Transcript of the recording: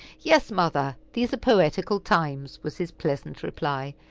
yes, mother, these are poetical times, was his pleasant reply.